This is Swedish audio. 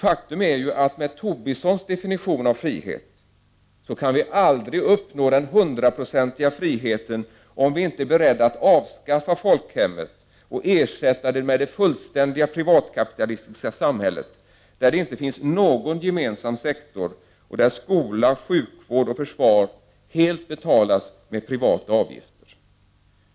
Faktum är att med Tobissons definition av frihet kan vi aldrig uppnå den hundraprocentiga friheten, om vi inte är beredda att avstå från folkhemmet och ersätta det med det fullständiga privatkapitalistiska samhället, där det inte finns någon gemensam sektor och där skola, sjukvård och försvar helt betalas med privata avgifter.